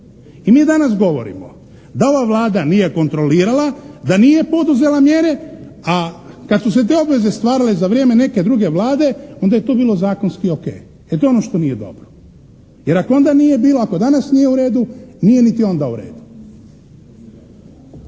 I mi danas govorimo da ova Vlada nije kontrolirala, da nije poduzela mjere, a kad su se te obveze stvarale za vrijeme neke druge Vlade onda je to bilo zakonski ok. E to je ono što nije dobro. Jer ako onda nije bilo, ako danas nije u redu nije niti onda u redu.